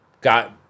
got